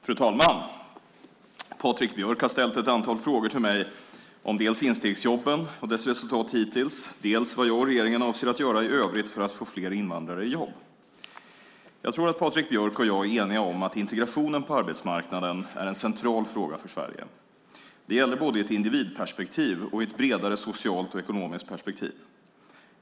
Fru talman! Patrik Björck har ställt ett antal frågor till mig om dels instegsjobben och deras resultat hittills, dels vad jag och regeringen avser att göra i övrigt för att få fler invandrare i jobb. Jag tror att Patrik Björck och jag är eniga om att integrationen på arbetsmarknaden är en central fråga för Sverige. Det gäller både i ett individperspektiv och i ett bredare socialt och ekonomiskt perspektiv.